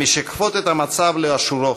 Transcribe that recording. המשקפות את המצב לאשורו,